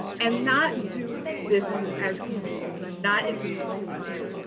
and not do business as usual. we are not in a normal time.